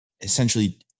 essentially